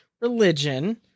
religion